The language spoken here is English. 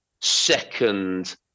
second